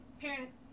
parents